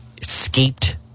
escaped